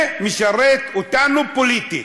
זה משרת אותנו פוליטית.